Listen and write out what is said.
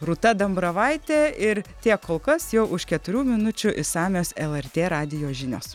rūta dambravaitė ir tiek kol kas jau už keturių minučių išsamios lrt radijo žinios